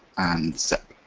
and zip.